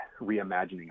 reimagining